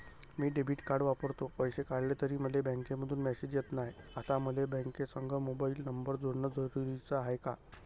मी debit card वापरतो, पैसे काढले तरी मले बँकेमंधून मेसेज येत नाय, आता मले बँकेसंग मोबाईल नंबर जोडन जरुरीच हाय का?